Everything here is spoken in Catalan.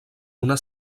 una